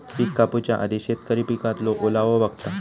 पिक कापूच्या आधी शेतकरी पिकातलो ओलावो बघता